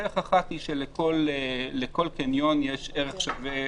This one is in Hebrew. דרך אחת היא שלכל קניון יש ערך שווה